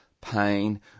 pain